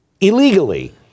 illegally